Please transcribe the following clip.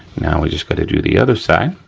now we just gotta do the other side.